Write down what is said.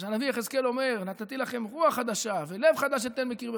כמו שהנביא יחזקאל אומר: "ונתתי לכם רוח חדשה ולב חדש אתן בקרבכם,